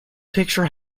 picture